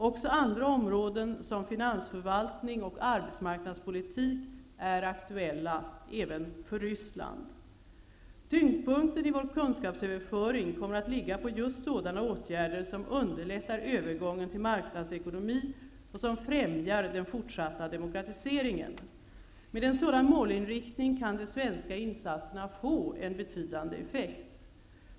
Också andra områden som finansförvaltning och arbetsmarknadspolitik är aktuella för Ryssland. Tyngdpunkten i kunskapsöverföringen kommer att ligga på just sådana åtgärder som underlättar övergången till marknadsekonomi och som främjar den fortsatta demokratiseringen. Med en sådan målinriktning kan de svenska insatserna få en betydande effekt.